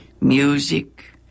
music